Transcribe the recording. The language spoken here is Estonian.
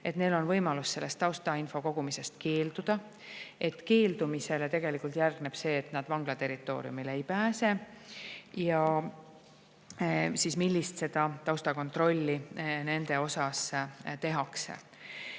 – neil on võimalus sellest taustainfo kogumisest keelduda, aga keeldumisele järgneb see, et nad vangla territooriumile ei pääse – ja millist taustakontrolli nende kohta tehakse.